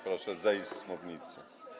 Proszę zejść z mównicy.